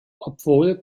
obwohl